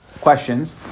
questions